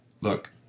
Look